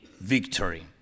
victory